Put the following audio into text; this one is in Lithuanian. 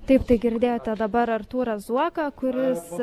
taip tai girdėjote dabar artūrą zuoką kuris